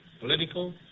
political